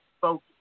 focus